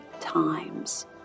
times